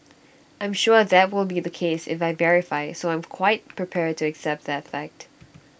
I'm sure that will be the case if I verify so I'm quite prepared to accept that fact